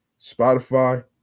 Spotify